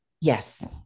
Yes